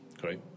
Great